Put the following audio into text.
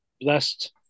blessed